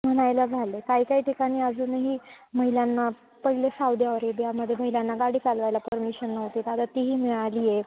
म्हणायला झालं आहे काही काही ठिकाणी अजूनही महिलांना पहिले साऊदी अरेबियामध्ये महिलांना गाडी चालवायला परमिशन नव्हती तर आता तीही मिळाली आहे